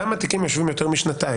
כמה תיקים יושבים יותר משנתיים?